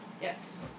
Yes